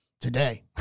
today